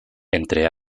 entre